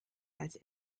als